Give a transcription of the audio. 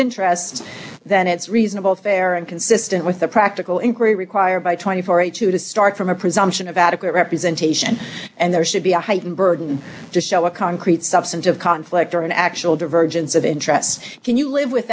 interests then it's reasonable fair and consistent with the practical inquiry required by twenty four dollars a two to start from a presumption of adequate representation and there should be a heightened burden to show a concrete substantive conflict or an actual divergence of interests can you live with